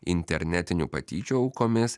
internetinių patyčių aukomis